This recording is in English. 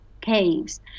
caves